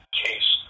case